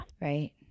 Right